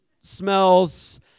smells